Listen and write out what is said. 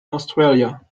australia